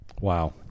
Wow